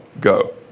go